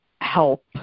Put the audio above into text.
help